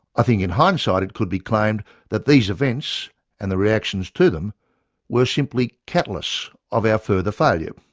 i think in hindsight it could be claimed that these events and the reactions to them were simply catalysts of our further failure.